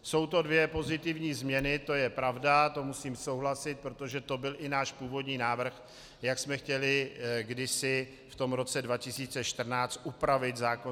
Jsou to dvě pozitivní změny, to je pravda, to musím souhlasit, protože to byl i náš původní návrh, jak jsem chtěli kdysi v tom roce 2014 upravit zákon číslo 168/1999 Sb.